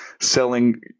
selling